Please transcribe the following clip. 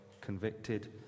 convicted